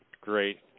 Great